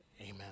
amen